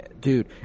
Dude